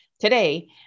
today